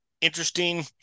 interesting